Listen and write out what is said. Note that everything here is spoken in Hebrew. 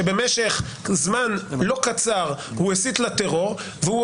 שבמשך זמן לא קצר הוא הסית לטרור והוא